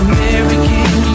American